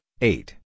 eight